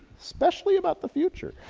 especially about the future.